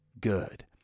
Good